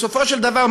בסופו של דבר,